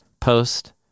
post